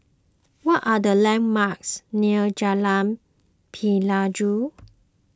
what are the landmarks near Jalan Pelajau